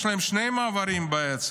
יש להם שני מעברים בעצם: